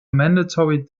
mandatory